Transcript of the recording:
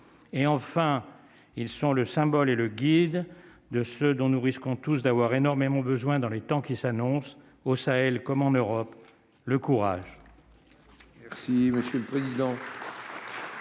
et, enfin, ils sont le symbole et le guide de ce dont nous risquons tous d'avoir énormément besoin dans les temps qui s'annonce au Sahel, comme en Europe, le courage.